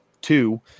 two